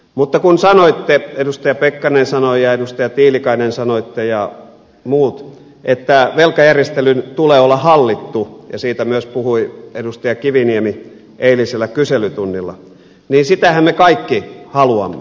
mutta kun sanoitte edustaja pekkarinen sanoi ja edustaja tiilikainen sanoi ja muut että velkajärjestelyn tulee olla hallittu ja siitä myös puhui edustaja kiviniemi eilisellä kyselytunnilla niin sitähän me kaikki haluamme